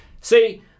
See